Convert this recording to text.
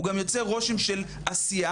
הוא גם יוצר רושם של עשייה,